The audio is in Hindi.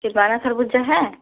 कि बारह खरबूज़ा है